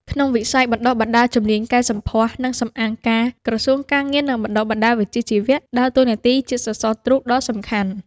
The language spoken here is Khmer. ក្នុងវិស័យបណ្ដុះបណ្ដាលជំនាញកែសម្ផស្ស និងសម្អាងការ ក្រសួងការងារ និងបណ្ដុះបណ្ដាលវិជ្ជាជីវៈ ដើរតួនាទីជាសសរទ្រូងដ៏សំខាន់។